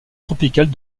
tropicales